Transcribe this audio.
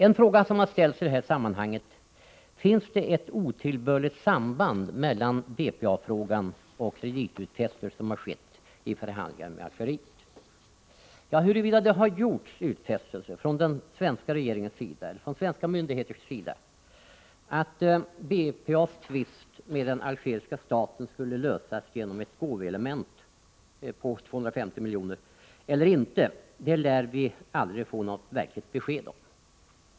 En fråga som ställts i sammanhanget är om det finns ett otillbörligt samband mellan BPA-frågan och kreditutfästelserna vid förhandlingarna med Algeriet. Huruvida det har gjorts utfästelser från den svenska regeringens och svenska myndigheters sida att BPA-tvisten med den algeriska staten skulle lösas genom ett gåvoelement på 250 miljoner eller inte lär vi aldrig få något verkligt besked om.